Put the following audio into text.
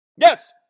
Yes